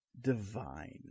Divine